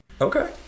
Okay